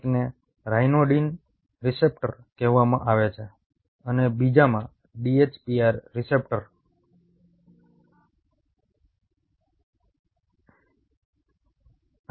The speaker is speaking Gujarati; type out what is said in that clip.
એકને રાયનોડિન રીસેપ્ટર કહેવામાં આવે છે અને બીજામાં DHPR રીસેપ્ટર કહેવાય છે